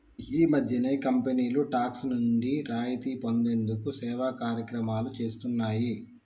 ఈ మధ్యనే కంపెనీలు టాక్స్ నుండి రాయితీ పొందేందుకు సేవా కార్యక్రమాలు చేస్తున్నాయి